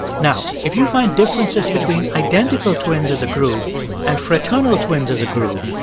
now, if you find differences between identical twins as a group and fraternal twins as a group,